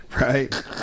Right